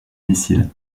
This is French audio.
missile